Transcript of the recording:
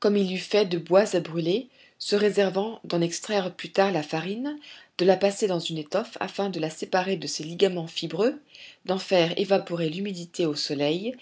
comme il eût fait de bois à brûler se réservant d'en extraire plus tard la farine de la passer dans une étoffe afin de la séparer de ses ligaments fibreux d'en faire évaporer l'humidité au soleil